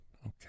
Okay